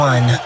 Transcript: One